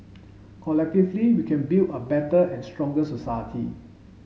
collectively we can build a better and stronger society